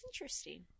interesting